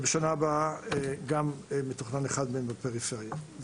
בשנה הבאה גם מתוכנן אחד מהם בפריפריה.